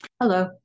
Hello